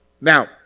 Now